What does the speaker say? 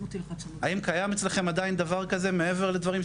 האם קיים אצלכם עדיין דבר כזה, מעבר לדברים?